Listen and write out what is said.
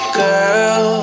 girl